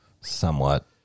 Somewhat